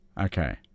Okay